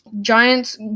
Giants